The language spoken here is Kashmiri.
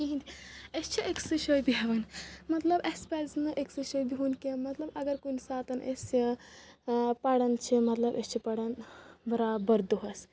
کہیٖنۍ تہِ أسۍ چھِ أکسٕے جایہِ بیہوان مطلب اسہِ پزِ نہٕ أکسٕے جایہِ بِہُن کینٛہہ مطلب اگر کُنہِ ساتن أسۍ پران چھِ مطلب أسۍ چھِ پران برابر دۄہس